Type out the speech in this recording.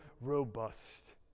robust